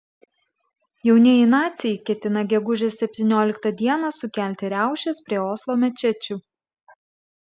jaunieji naciai ketina gegužės septynioliktą dieną sukelti riaušes prie oslo mečečių